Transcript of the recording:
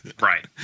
Right